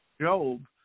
job